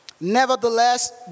Nevertheless